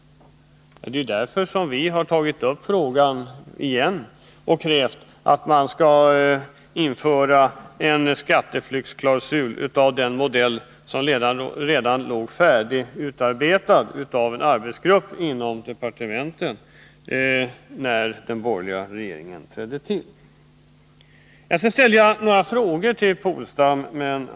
Det är anledningen till att vi igen har tagit upp frågan och krävt att det skall införas en skatteflyktsklausul av den modell som när den borgerliga regeringen trädde till redan låg utarbetad av en arbetsgrupp inom departementen. Jag ställde några frågor till Åke Polstam.